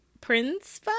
Prince